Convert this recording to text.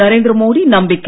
நரேந்திர மோடி நம்பிக்கை